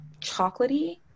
chocolatey